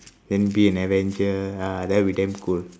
then be an avenger ah that will be damn cool